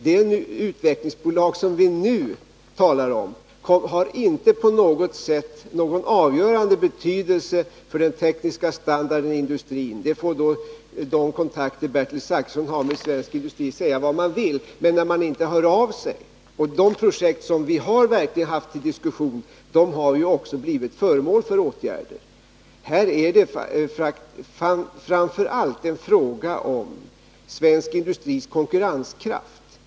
Det utvecklingsbolag som vi nu talar om har inte på något sätt avgörande betydelse för den tekniska standarden i industrin. Sedan får de kontakter som Bertil Zachrisson har inom svensk industri säga vad de vill. De hör ju inte av sig. De projekt som vi verkligen har haft uppe till diskussion har också blivit föremål för åtgärder. Här är det framför allt fråga om svensk industris konkurrenskraft.